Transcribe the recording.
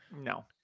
No